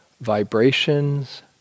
Vibrations